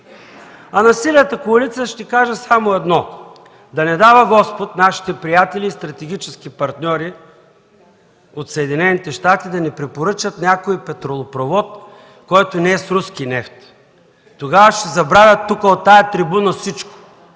На Синята коалиция ще кажа само едно: да не дава господ нашите приятели и стратегически партньори от Съединените щати да ни препоръчат някой петролопровод, който не е с руски нефт. Тогава от тази трибуна ще